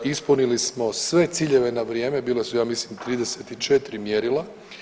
Ispunili smo sve ciljeve na vrijeme, bila su ja mislim 34 mjerila.